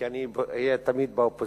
כי אני אהיה תמיד באופוזיציה,